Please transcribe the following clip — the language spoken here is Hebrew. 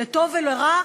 לטוב ולרע,